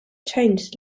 changed